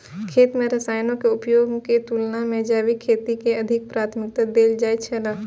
खेती में रसायनों के उपयोग के तुलना में जैविक खेती के अधिक प्राथमिकता देल जाय छला